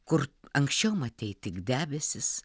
kur anksčiau matei tik debesis